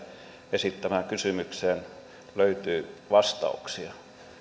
esittämään kysymykseen löytyy vastauksia